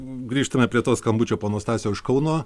grįžtame prie to skambučio pono stasio iš kauno